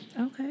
Okay